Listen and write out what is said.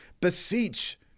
beseech